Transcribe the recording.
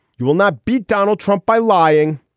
you will not beat donald trump by lying.